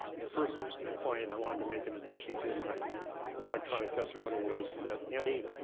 the first point i wanted to make in addition to my electronic testimony was that any